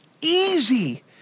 easy